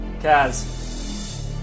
Kaz